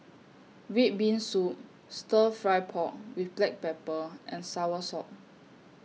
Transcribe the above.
Red Bean Soup Stir Fry Pork with Black Pepper and Soursop